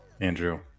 Andrew